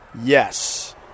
Yes